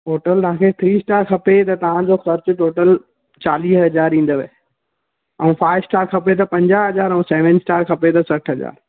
hotel तव्हां खे three star खपे त तव्हां जो ख़र्चु टोटल चालीह हज़ार ईंदव ऐं फाइव स्टार खपे त पंजाहु हज़ार ऐं सेवन स्टार खपे त सठि हज़ार